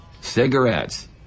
cigarettes